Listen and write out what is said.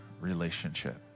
relationship